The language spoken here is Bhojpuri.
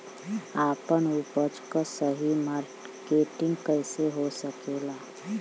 आपन उपज क सही मार्केटिंग कइसे हो सकेला?